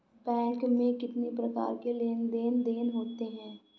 Bank में कितनी प्रकार के लेन देन देन होते हैं?